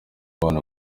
bana